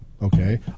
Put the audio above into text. Okay